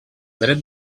dret